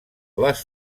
les